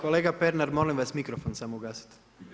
Kolega Pernar, molim vas mikrofon samo ugasite.